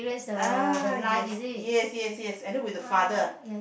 ah yes yes yes yes and then with the father